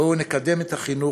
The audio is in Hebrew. בואו נקדם את החינוך,